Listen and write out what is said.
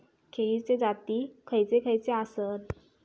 केळीचे जाती खयचे खयचे आसत?